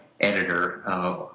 editor